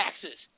taxes